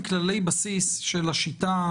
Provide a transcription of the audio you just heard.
לחוק הכניסה יש 4 סיבות עיקריות שאדם נדחה על הסף.